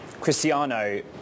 Cristiano